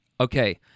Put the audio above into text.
okay